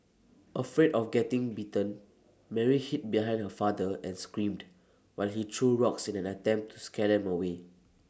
afraid of getting bitten Mary hid behind her father and screamed while he threw rocks in an attempt to scare them away